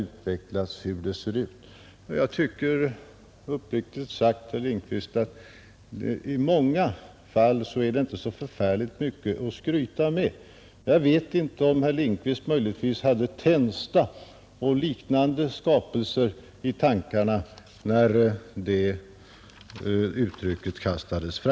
Jag tycker uppriktigt sagt, herr Lindkvist, att det i många fall inte är så förfärligt mycket att skryta med. Jag vet inte om herr Lindkvist möjligen hade Tensta och liknande skapelser i tankarna när det yttrandet kastades fram.